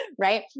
right